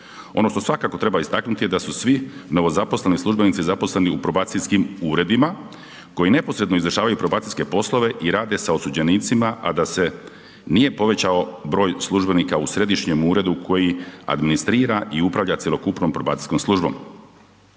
Ono što svakako treba istaknuti je da su svi novozaposleni službenici zaposleni u probacijskim uredima koji neposredno izvršavaju probacijske poslove i rade sa osuđenicima a da se nije povećao broj službenika u središnjem uredu koji administrira i upravlja cjelokupnom probacijskom službom.